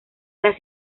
las